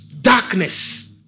Darkness